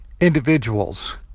individuals